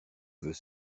veut